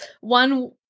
One